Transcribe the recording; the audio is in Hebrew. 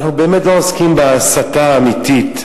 אנחנו באמת לא עוסקים בהסתה האמיתית,